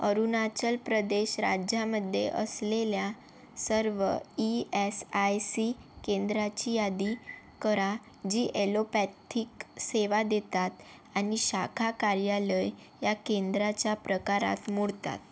अरुणाचल प्रदेश राज्यामध्ये असलेल्या सर्व ई एस आय सी केंद्राची यादी करा जी एलोपॅथीक सेवा देतात आणि शाखा कार्यालय या केंद्राच्या प्रकारात मोडतात